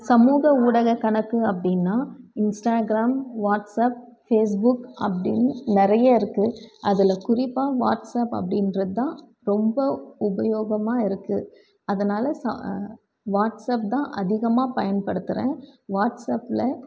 சமூக ஊடக கணக்கு அப்படின்னா இன்ஸ்டாகிராம் வாட்ஸப் ஃபேஸ்புக் அப்படின்னு நிறைய இருக்குது அதில் குறிப்பாக வாட்ஸப் அப்படின்றது தான் ரொம்ப உபயோகமாக இருக்குது அதனால் சா வாட்ஸப் தான் அதிகமாக பயன்படுத்துகிறேன் வாட்ஸப்பில்